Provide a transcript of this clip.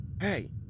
Hey